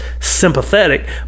sympathetic